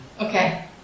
Okay